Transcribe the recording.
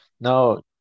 no